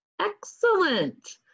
Excellent